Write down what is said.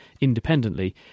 independently